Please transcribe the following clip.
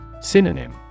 Synonym